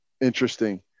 Interesting